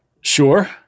Sure